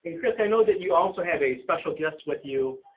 because i know that you also have a special guest with you,